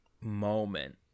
moment